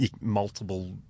Multiple